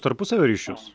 trapusavio ryšius